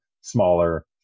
smaller